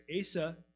Asa